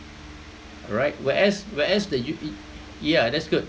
right whereas whereas the U_B yeah that's good